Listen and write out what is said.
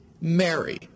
Mary